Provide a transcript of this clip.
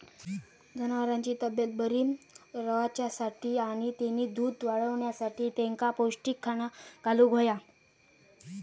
जनावरांची तब्येत बरी रवाच्यासाठी आणि तेनी दूध वाडवच्यासाठी तेंका पौष्टिक खाणा घालुक होया